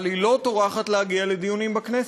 אבל היא לא טורחת להגיע לדיונים בכנסת.